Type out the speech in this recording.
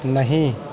नहि